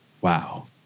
Wow